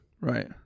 right